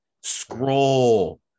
scroll